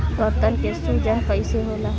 गर्दन के सूजन कईसे होला?